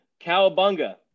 Cowabunga